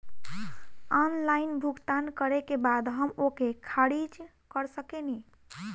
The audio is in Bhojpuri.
ऑनलाइन भुगतान करे के बाद हम ओके खारिज कर सकेनि?